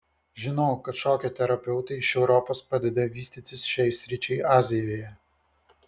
žinau kad šokio terapeutai iš europos padeda vystytis šiai sričiai azijoje